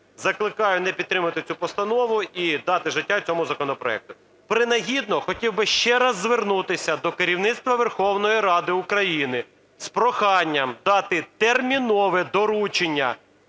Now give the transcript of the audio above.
закликаю не підтримувати цю постанову і дати життя цьому законопроекту. Принагідно, хотів би ще раз звернутися до керівництва Верховної Ради України з проханням дати термінове доручення